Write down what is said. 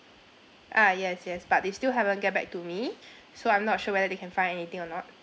ah yes yes but they still haven't get back to me so I'm not sure whether they can find anything or not